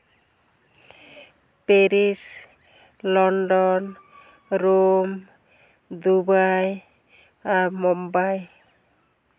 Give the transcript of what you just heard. Paris London Rome Dubai ᱟᱨ ᱢᱩᱢᱵᱟᱭ